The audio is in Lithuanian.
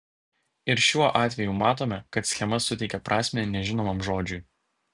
ir šiuo atveju matome kad schema suteikia prasmę nežinomam žodžiui